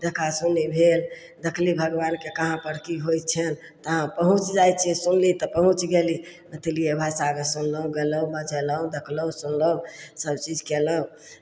देखा सुनी भेल देखली भगवानके कहाँपर की होइ छनि तहाँ पहुँच जाइ छी सुनली तऽ पहुँच गेली मैथिलिए भाषामे सुनलहुँ गयलहुँ बजेलहुँ देखलहुँ सुनलहुँ सभचीज कयलहुँ